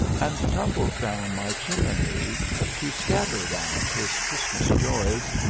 and tumbles down my chim-i-ney to scatter round his christmas joys,